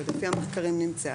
ולפי המחקרים נמצאה,